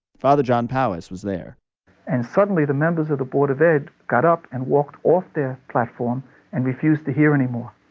father john powis was there and suddenly, the members of the board of ed got up and walked off their platform and refused to hear any more.